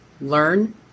learn